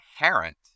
inherent